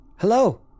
Hello